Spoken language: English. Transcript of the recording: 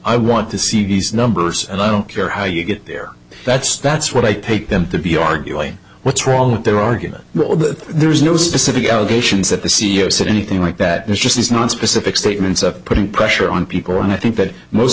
i want to see these numbers and i don't care how you get there that's that's what i pay them to be arguing what's wrong with their argument there is no specific allegations that the c e o said anything like that it's just it's not specific statements of putting pressure on people and i think that most